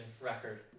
record